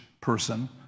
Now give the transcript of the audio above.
person